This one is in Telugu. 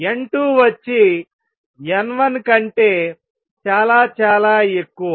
N2 వచ్చి N1 కంటే చాలా చాలా ఎక్కువ